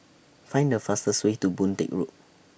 Find The fastest Way to Boon Teck Road